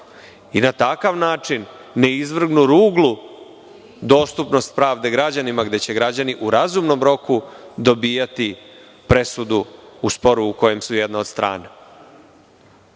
i na takav način ne izvrgnu ruglu dostupnost pravde građanima gde će građani u razumnom roku dobijati presudu u sporu u kojem su, jedna od strana. Moguće